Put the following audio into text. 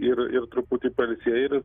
ir ir truputį pailsėję ir